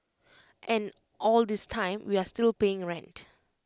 and all this time we are still paying rent